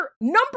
Number